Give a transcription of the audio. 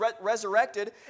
resurrected